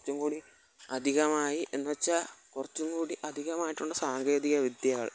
കുറച്ചും കൂടി അധികം ആയി എന്നു വെച്ചാൽ കുറച്ചും കൂടി അധികമായിട്ടുള്ള സാങ്കേതിക വിദ്യകൾ